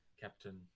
Captain